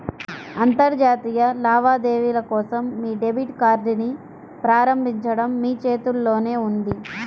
అంతర్జాతీయ లావాదేవీల కోసం మీ డెబిట్ కార్డ్ని ప్రారంభించడం మీ చేతుల్లోనే ఉంది